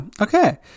Okay